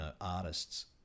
artists